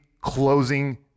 closing